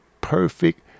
perfect